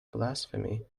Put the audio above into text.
blasphemy